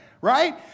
right